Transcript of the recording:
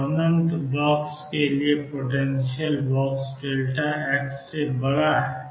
तो अनंत बॉक्स के लिए पोटेंशियल बॉक्स x से बड़ा है